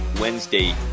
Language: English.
Wednesday